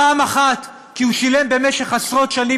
פעם אחת כי הוא שילם במשך עשרות שנים